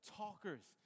talkers